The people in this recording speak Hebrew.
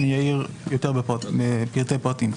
אני אעיר יותר לפרטי פרטים.